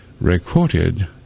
recorded